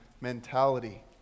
mentality